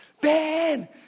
Ben